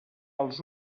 els